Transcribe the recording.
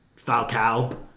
Falcao